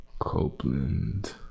copeland